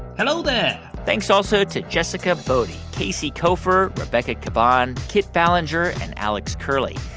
hello there thanks also to jessica boddy, casey koeffer, rebecca caban, kit ballenger and alex curley.